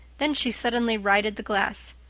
then she suddenly righted the glass.